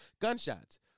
gunshots